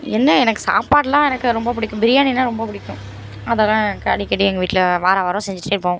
என்ன எனக்கு சாப்பாடுலாம் எனக்கு ரொம்ப பிடிக்கும் பிரியாணினா ரொம்ப பிடிக்கும் அதெல்லாம் க அடிக்கடி எங்கள் வீட்டில் வாரம் வாரம் செஞ்சுட்டே இருப்போம்